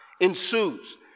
ensues